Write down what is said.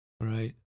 Right